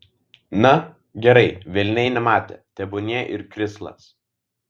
na gerai velniai nematė tebūnie ir krislas